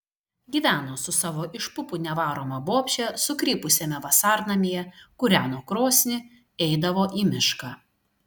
gyveno su savo iš pupų nevaroma bobše sukrypusiame vasarnamyje kūreno krosnį eidavo į mišką